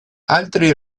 altri